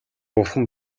бурхан